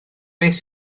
beth